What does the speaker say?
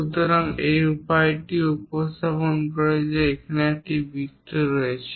সুতরাং এই উপায়টিও উপস্থাপন করে যে একটি বৃত্ত রয়েছে